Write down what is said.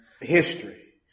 history